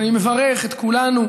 ואני מברך את כולנו